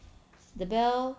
the bell